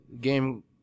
game